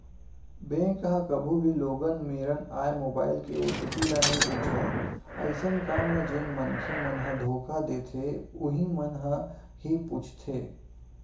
bank ह कभू भी लोगन मेरन आए मोबाईल के ओ.टी.पी ल नइ पूछय अइसन काम ल जेन मनखे मन ह धोखा देथे उहीं मन ह ही पूछथे